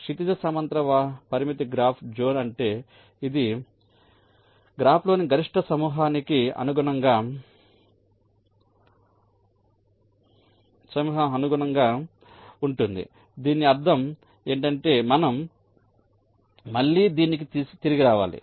క్షితిజ సమాంతర పరిమితి గ్రాఫ్ జోన్ అంటే ఇది గ్రాఫ్లోని గరిష్ట సమూహానికి అనుగుణంగా ఉంటుంది దీని అర్థం ఏమిటంటే మనం మళ్ళీ దీనికి తిరిగిరావాలి